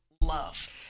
love